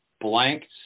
Blank